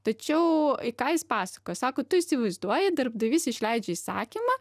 tačiau ką jis pasakojo sako tu įsivaizduoji darbdavys išleidžia įsakymą